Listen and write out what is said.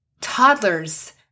Toddlers